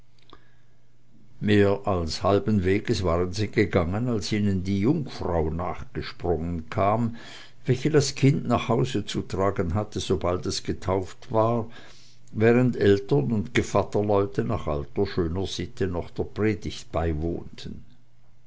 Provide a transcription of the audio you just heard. mehr als halben weges waren sie gegangen als ihnen die jungfrau nachgesprungen kam welche das kind nach hause zu tragen hatte sobald es getauft war während eltern und gevatterleute nach alter schöner sitte noch der predigt beiwohnten